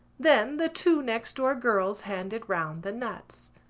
then the two next-door girls handed round the nuts.